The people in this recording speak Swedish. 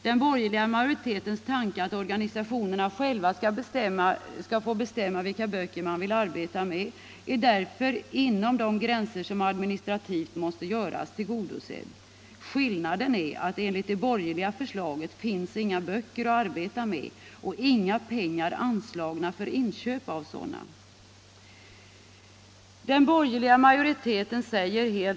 Den borgerliga majoritetens tanke att organisationerna själva skall få bestämma vilka böcker man vill arbeta med är därför, inom de gränser som administrativt måste göras, tillgodosedd. Skillnaden är att enligt det borgerliga förslaget finns inga böcker att arbeta med och inga pengar anslagna för inköp av sådana. Den borgerliga majoriteten säger i betänkandet.